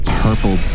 purple